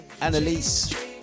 Annalise